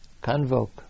convoke